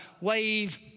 Wave